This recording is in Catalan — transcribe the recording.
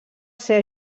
ser